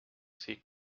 see